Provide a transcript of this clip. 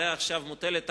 שעליה עכשיו מוטלת החובה,